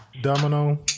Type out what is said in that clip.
Domino